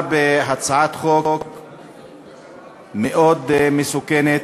בהצעת חוק מאוד מסוכנת,